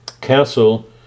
castle